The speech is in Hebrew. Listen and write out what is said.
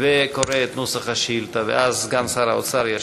וקורא את נוסח השאילתה, ואז סגן שר האוצר ישיב.